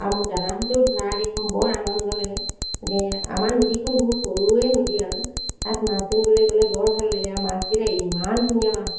আৰু মোৰ দাদাহঁতেও ধৰা দেখো বৰ আনন্দ লাগে আমাৰ নদীখন বহুত সৰুৱে নদী আৰু তাত মাছ ধৰিবলৈ গ'লে বৰ ভাল লাগে আৰু মাছকেইটা ইমান ধুনীয়া মাছ